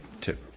two